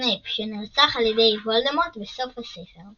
סנייפ שנרצח על ידי וולדמורט בסוף הספר.